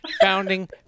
Founding